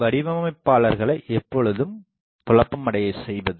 வடிவமைப்பாளர்களை எப்போதும் குழப்பம் அடைய செய்வது